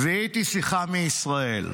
זיהיתי שיחה מישראל.